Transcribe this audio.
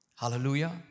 Hallelujah